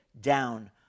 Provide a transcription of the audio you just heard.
down